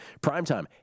Primetime